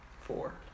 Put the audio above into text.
Four